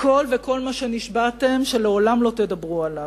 הכול, וכל מה שנשבעתם שלעולם לא תדברו עליו.